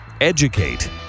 Educate